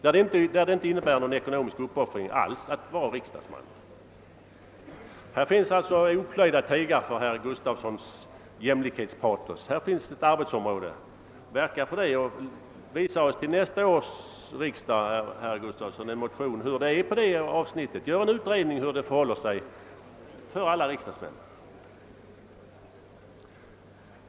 För dessa personer innebär det ingen ekonomisk uppoffring alls att vara riksdagsmän. Här finns det alltså oplöjda tegar för herr Gustavssons jämlikhetspatos. Verka på detta område och visa oss till nästa års riksdag i en motion hur det förhåller sig i detta avseende för alla riksdagsmän!